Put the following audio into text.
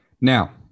Now